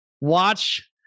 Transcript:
Watch